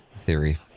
theory